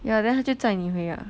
yeah then 他就载你回啊